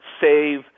save